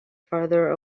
farther